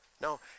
No